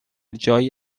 جایی